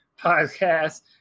podcast